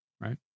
Right